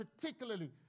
particularly